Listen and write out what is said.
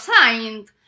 signed